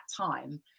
time